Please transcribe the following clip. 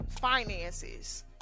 finances